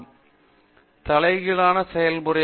பேராசிரியர் பிரதாப் ஹரிதாஸ் தலைகீழ் செயல்முறை